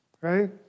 right